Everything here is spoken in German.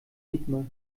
dietmar